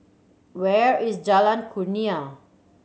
where is Jalan Kurnia